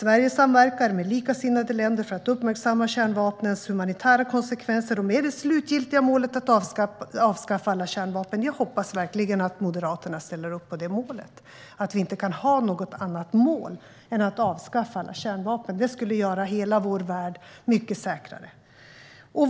Sverige samverkar med likasinnade länder för att uppmärksamma kärnvapnens humanitära konsekvenser med det slutgiltiga målet att avskaffa alla kärnvapen. Jag hoppas verkligen att Moderaterna ställer upp på detta mål och att vi inte kan ha något annat mål än att avskaffa alla kärnvapen. Det skulle göra hela vår värld mycket säkrare.